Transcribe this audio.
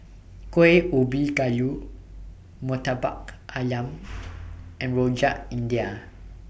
Kueh Ubi Kayu Murtabak Ayam and Rojak India